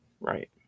right